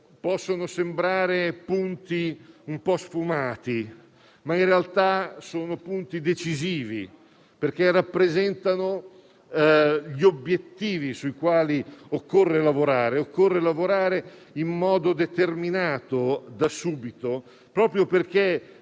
possono sembrare un po' sfumati, ma in realtà sono punti decisivi, perché rappresentano gli obiettivi sui quali occorre lavorare in modo determinato da subito, proprio perché